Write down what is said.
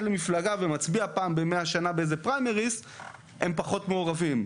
במפלגה פעם ב-100 שנים באיזה פריימריז הם פחות מעורבים,